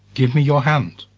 give me your hand.